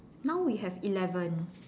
now we have eleven